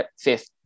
fifth